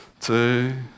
two